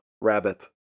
Rabbit